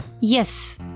Yes